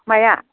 माया